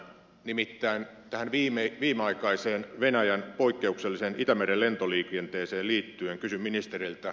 nimittäin viimeaikaiseen venäjän poikkeukselliseen itämeren lentoliikenteeseen liittyen kysyn ministeriltä